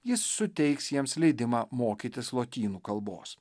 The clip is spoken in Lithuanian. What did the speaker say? jis suteiks jiems leidimą mokytis lotynų kalbos